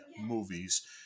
movies